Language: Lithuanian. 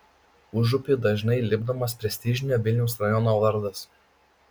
užupiui dažnai lipdomas prestižinio vilniaus rajono vardas